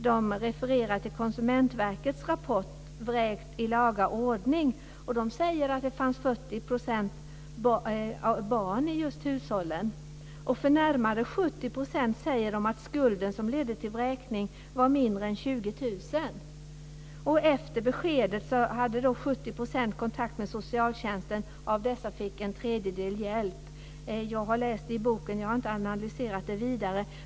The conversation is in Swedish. Man refererar till Man säger också att för närmare 70 % var skulden som ledde till vräkning mindre än 20 000 kr. Efter beskedet hade 70 % kontakt med socialtjänsten. Av dessa fick en tredjedel hjälp. Jag har läst det i boken, men jag har inte analyserat det vidare.